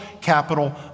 capital